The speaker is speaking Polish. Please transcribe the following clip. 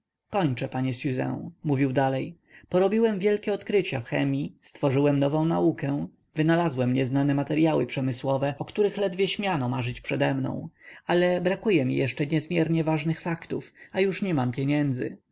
kończę panie siuzę mówił dalej porobiłem wielkie odkrycia w chemii stworzyłem nową naukę wynalazłem nieznane materyały przemysłowe o których ledwie śmiano marzyć przedemną ale brakuje mi jeszcze kilku niezmiernie ważnych faktów a już nie mam pieniędzy